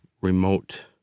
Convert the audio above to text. remote